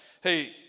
hey